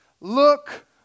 look